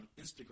Instagram